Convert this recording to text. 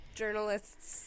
journalists